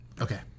Okay